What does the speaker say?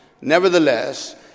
Nevertheless